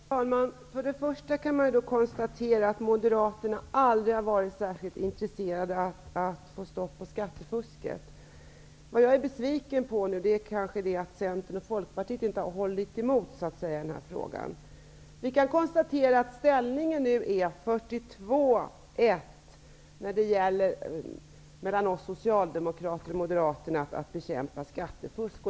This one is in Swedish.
Herr talman! För det första kan man konstatera att Moderaterna aldrig varit särskilt intresserade av att få stopp på skattefusket. Vad jag är besviken på är att Centern och Folkpartiet inte har hållit emot i den här frågan. Vi kan konstatera att ställningen nu är 42--1 mellan oss socialdemokrater och Moderaterna när det gäller att bekämpa skattefusk.